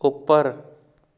ਉੱਪਰ